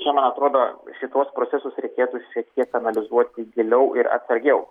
čia man atrodo šituos procesus reikėtų šiek tiek analizuoti giliau ir atsargiau